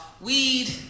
weed